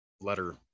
letter